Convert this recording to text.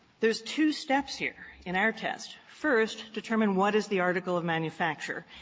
there's two steps here in our test. first, determine what is the article of manufacture.